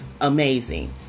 Amazing